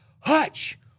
hutch